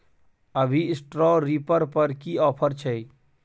अभी straw reaper पर की ऑफर छै?